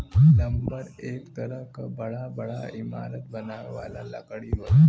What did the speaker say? lumber एक तरह क बड़ा बड़ा इमारत बनावे वाला लकड़ी होला